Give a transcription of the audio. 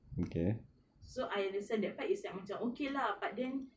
so I understand that part is like macam okay lah but then